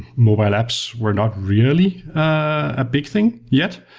mobile apps were not really a big thing yet,